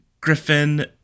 Griffin